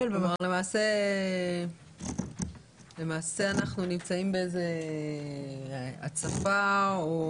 למעשה אנחנו נמצאים בהצפה או